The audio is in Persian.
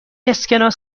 اسکناس